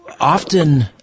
often